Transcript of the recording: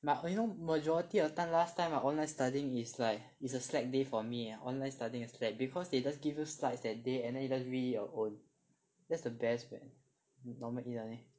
but you know majority of time last time ah online studying is like it's a slack day for me leh online studying is slack because they just give you slides that day and then you just read your own that's the best man normally lah